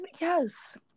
yes